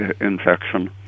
infection